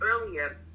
earlier